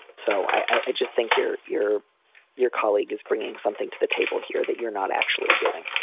so i just think your your your colleague is bringing something to the table here that you're not actually doing.